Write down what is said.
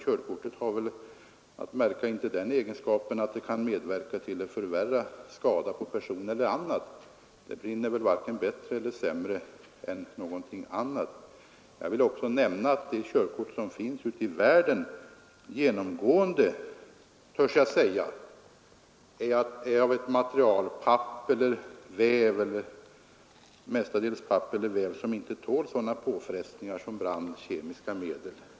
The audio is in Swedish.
Kortet har — väl att märka — inte den egenskapen att det kan medverka till att förvärra skada på person eller något annat. Det brinner väl varken bättre eller sämre än andra material som körkort kan tänkas vara gjorda av. Jag vill nämna att de körkort som används ute i världen mestadels är av papp eller väv, som inte tål sådana påfrestningar som brand eller kemiska medel.